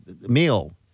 meal